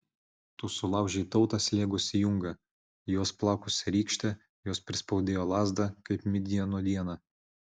tu sulaužei tautą slėgusį jungą juos plakusią rykštę jos prispaudėjo lazdą kaip midjano dieną